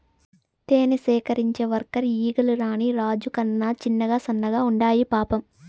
తేనె సేకరించే వర్కర్ ఈగలు రాణి రాజు కన్నా చిన్నగా సన్నగా ఉండాయి పాపం